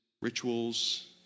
rituals